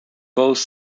both